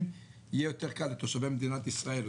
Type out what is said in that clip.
יהיה יותר קל לתושבי מדינת ישראל.